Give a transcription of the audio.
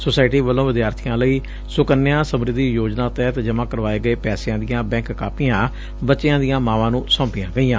society ਵੱਲੋਂ ਵਿਦਿਆਰਬੀਆਂ ਲਈ ਸੁਕੱਨਿਆ ਸਮਰਿਧੀ ਯੋਜਨਾ ਤਹਿਤ ਜਮ੍ਮਾਂ ਕਰਵਾਏ ਗਏ ਪੈਸਿਆਂ ਦੀਆਂ ਬੈਂਕ ਕਾਪੀਆਂ ਬਚਿਆਂ ਦੀਆਂ ਮਾਵਾਂ ਨੂੰ ਸੌਂਪੀਆਂ ਗਈਆਂ